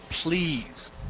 Please